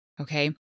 Okay